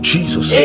Jesus